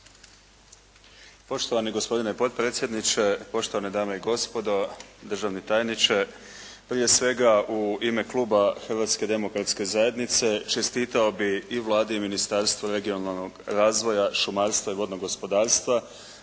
Poštovani gospodine potpredsjedniče, poštovane dame i gospodo, državni tajniče. Prije svega u ime kluba Hrvatske demokratske zajednice čestitao bih i Vladi i Ministarstvu regionalnog razvoja, šumarstva i vodnog gospodarstva